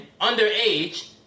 underage